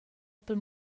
pel